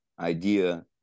idea